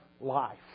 life